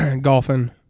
golfing